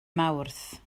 mawrth